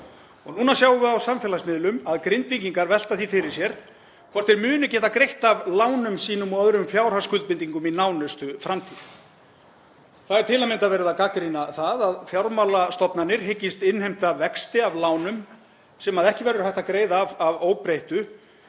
Og núna sjáum við á samfélagsmiðlum að Grindvíkingar velta því fyrir sér hvort þeir muni geta greitt af lánum sínum og öðrum fjárhagsskuldbindingum í nánustu framtíð. Það er til að mynda verið að gagnrýna það að fjármálastofnanir hyggist innheimta vexti af lánum sem ekki verður hægt að greiða af að óbreyttu